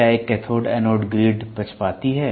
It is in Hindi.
क्या एक कैथोड एनोड ग्रिड पक्षपाती है